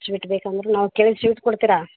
sweet ಬೇಕಂದ್ರೆ ನಾವು ಕೇಳಿದ ಸ್ವೀಟ್ ಕೊಡ್ತೀರಾ